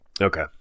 Okay